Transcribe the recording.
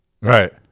Right